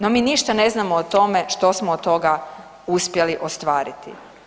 No mi ništa ne znamo o tome što smo od toga uspjeli ostvariti.